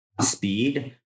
Speed